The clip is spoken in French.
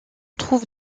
trouve